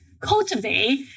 cultivate